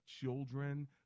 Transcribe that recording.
children